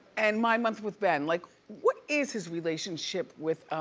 and my month with ben. like what is his relationship with,